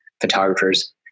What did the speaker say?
photographers